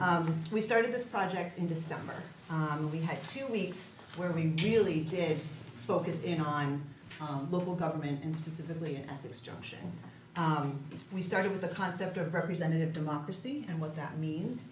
r we started this project in december we had two weeks where we really did focus in on the local government and specifically as its junction we started with the concept of representative democracy and what that means